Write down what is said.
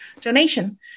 donation